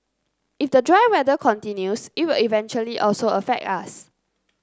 if the dry weather continues it will eventually also affect us